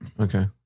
Okay